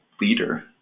leader